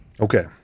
Okay